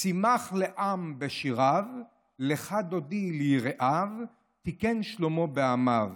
שימח לעם בשיריו / לכה דודי ליראיו / תיקן שלמה בעמיו.